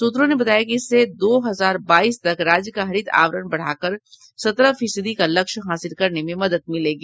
सूत्रों ने बताया कि इससे दो हजार बाईस तक राज्य का हरित आवरण बढ़ाकर सत्रह फीसदी का लक्ष्य हासिल करने में मदद मिलेगी